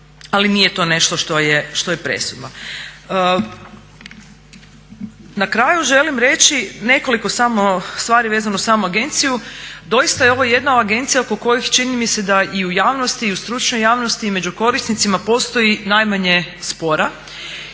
ali nije to nešto što je presudno. Na kraju želim reći nekoliko samo stvari vezano uz samu agenciju, doista je ovo jedna agencija oko kojih čini mi se da i u javnosti i u stručnoj javnosti i među korisnicima postoji najmanje spora.